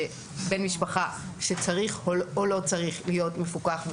בן משפחה שצריך או לא צריך להיות מפוקח,